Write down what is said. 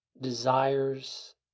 desires